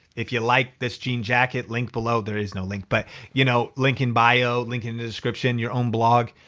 if you like this jean jacket link below. there is no link. but you know link in bio, link in description, your own blog,